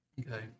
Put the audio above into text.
Okay